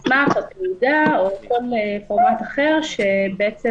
איזשהו מסמך או תעודה או כל פורמט אחר שבעצם